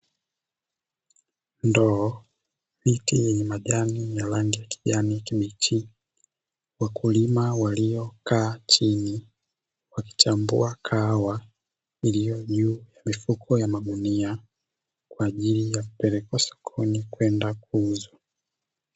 Ndoo, ikiwa na majani ya rangi ya kijani kibichi, wakulima waliokaa chini wakichambua kahawa iliyo juu ya mifuko ya magunia kwa ajili ya kupelekwa sokoni kwenda kuuza.